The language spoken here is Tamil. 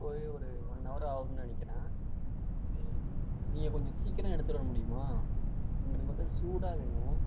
ஒரே ஒரு ஒன் ஹவர் ஆகுதுன்னு நினைக்கிறேன் நீங்கள் கொஞ்சம் சீக்கிரம் எடுத்துகிட்டு வரமுடியுமா எங்களுக்கு வந்து அது சூடாக வேணும்